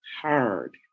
hard